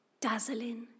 dazzling